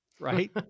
Right